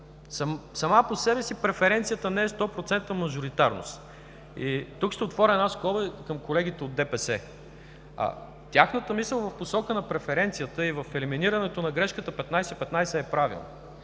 Сама по себе си преференцията не е 100% мажоритарност. Тук ще отворя една скоба към колегите от ДПС. Тяхната мисъл в посока на преференцията и в елиминирането на грешката 15/15 е правилна.